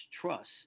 trust